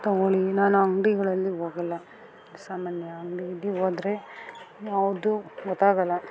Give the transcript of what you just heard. ತಗೋಳಿ ನಾನು ಅಂಗಡಿಗಳಲ್ಲಿ ಹೋಗಲ್ಲ ಸಾಮಾನ್ಯ ಅಂಗಡಿಗೆ ಹೋದ್ರೆ ಯಾವುದು ಗೊತ್ತಾಗೋಲ್ಲ